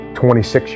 26